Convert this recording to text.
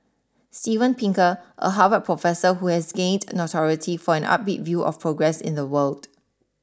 Steven Pinker a Harvard professor who has gained notoriety for an upbeat view of progress in the world